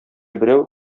берәү